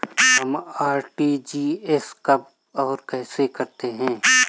हम आर.टी.जी.एस कब और कैसे करते हैं?